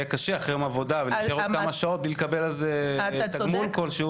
רק את הקורס עצמו שיהיה ממומן על-ידי משרד החינוך,